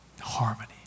Harmony